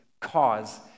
cause